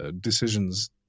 decisions